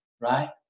right